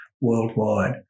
worldwide